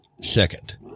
second